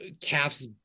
calf's